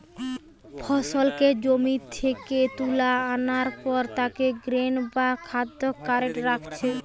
ফসলকে জমি থিকে তুলা আনার পর তাকে গ্রেন বা খাদ্য কার্টে রাখছে